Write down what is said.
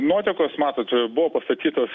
nuotekos matot buvo pastatytos